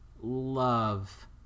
love